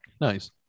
Nice